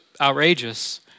outrageous